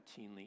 routinely